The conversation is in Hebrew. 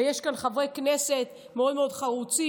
ויש כאן חברי כנסת מאוד מאוד חרוצים,